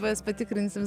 mes patikrinsim